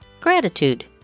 Gratitude